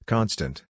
Constant